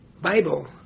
Bible